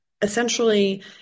essentially